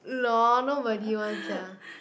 lol nobody [one] sia